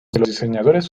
diseñadores